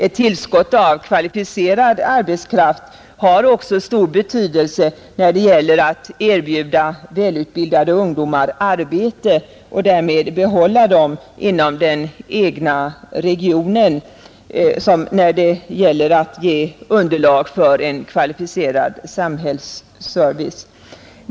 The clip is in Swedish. Ett tillskott av kvalificerad arbetskraft har också stor betydelse både när det gäller att erbjuda välutbildade ungdomar arbete och därmed behålla dem inom den egna regionen och för att ge underlag för en kvalificerad samhällsservice.